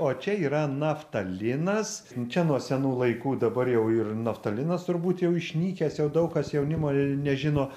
o čia yra naftalinas čia nuo senų laikų dabar jau ir naftalinas turbūt jau išnykęs jau daug kas jaunimo nežino